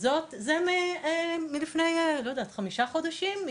הזו היא מלפני חמישה חודשים,